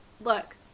Look